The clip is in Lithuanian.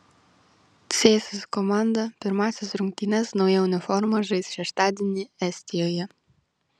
cėsis komanda pirmąsias rungtynes nauja uniforma žais šeštadienį estijoje